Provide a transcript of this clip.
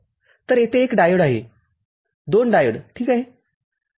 तर तेथे एक डायोड आहे २ डायोडDiode ठीक आहे